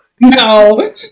No